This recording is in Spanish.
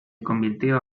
convirtió